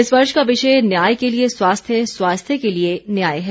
इस वर्ष का विषय न्याय के लिए स्वास्थ्य स्वास्थ्य के लिए न्याय है